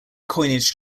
coinage